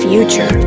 Future